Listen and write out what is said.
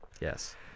Yes